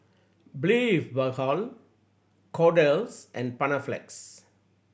Blephagel Kordel's and Panaflex